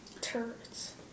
turrets